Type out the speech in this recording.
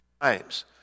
times